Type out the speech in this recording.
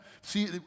see